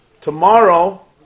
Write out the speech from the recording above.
Tomorrow